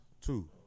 Two